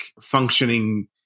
functioning